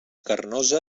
carnosa